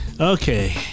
Okay